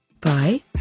Bye